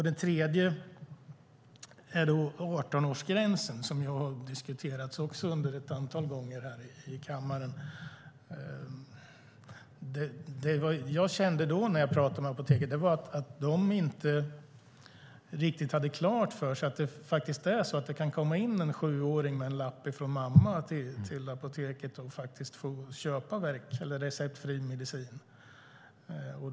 Det tredje är 18-årsgränsen, som också har diskuterats ett antal gånger här i kammaren. När jag talade med apoteket kände jag att de inte riktigt hade klart för sig att det faktiskt kan komma in en sjuåring på apoteket med en lapp från mamma och få köpa receptfri medicin.